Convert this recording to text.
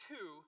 Two